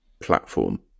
platform